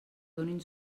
donin